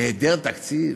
היעדר תקציב?